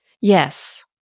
Yes